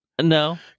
No